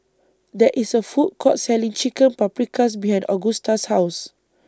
There IS A Food Court Selling Chicken Paprikas behind Augusta's House